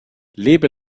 lebe